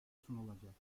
sunulacak